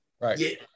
Right